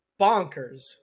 bonkers